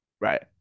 Right